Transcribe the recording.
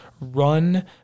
run